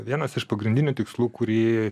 vienas iš pagrindinių tikslų kurį